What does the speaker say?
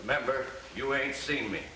remember you ain't seen me